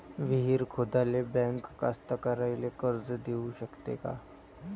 विहीर खोदाले बँक कास्तकाराइले कर्ज देऊ शकते का?